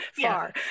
far